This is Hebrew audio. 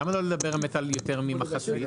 למה לא לדבר על יותר ממחצית?